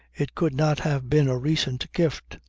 it could not have been a recent gift.